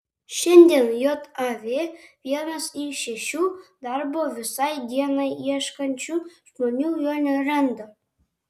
šiandien jav vienas iš šešių darbo visai dienai ieškančių žmonių jo neranda